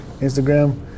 Instagram